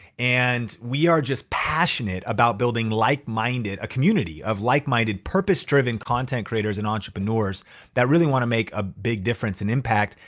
and we are just passionate about building a community of like-minded, purpose-driven content creators and entrepreneurs that really wanna make a big difference and impact,